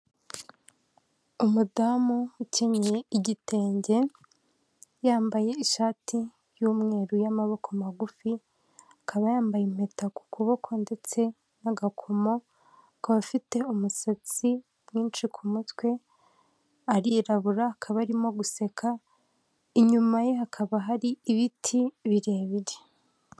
Umudamu ukenyeye igitenge yambaye ishati y'umweru y'amaboko magufi, akaba yambaye impeta ku kuboko, ndetse n'agakomo akaba afite umusatsi mwinshi ku mutwe, arirabura akaba arimo guseka inyuma ye hakaba hari ibiti birebire.